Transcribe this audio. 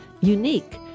Unique